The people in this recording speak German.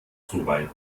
soweit